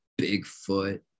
Bigfoot